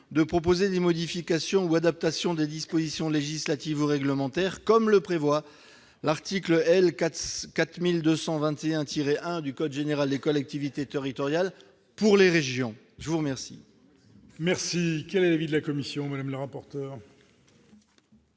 de proposer des modifications ou adaptations des dispositions législatives ou réglementaires, comme le prévoit l'article L. 4221-1 du code général des collectivités territoriales pour chaque région. Quel